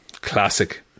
classic